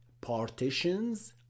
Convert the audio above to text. partitions